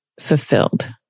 fulfilled